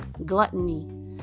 Gluttony